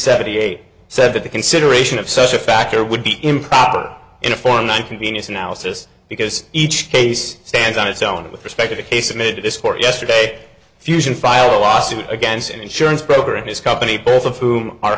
seventy eight said that the consideration of such a factor would be improper in a forum like convenience analysis because each case stands on its own with respect to the case made to this court yesterday fusion file a lawsuit against an insurance broker and his company both of whom are